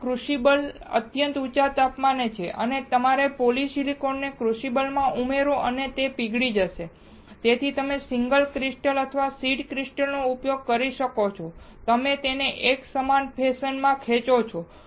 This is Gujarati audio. આ ક્રુસિબલ અત્યંત ઊંચા તાપમાને છે અને તમે તમારા પોલિસિલિકનને ક્રુસિબલમાં ઉમેરો અને તે પીગળી જશે પછી તમે સિંગલ ક્રિસ્ટલ અથવા સીડ ક્રિસ્ટલ નો ઉપયોગ કરો છો અને તમે તેને એક એકસમાન ફેશન માં ખેંચો છો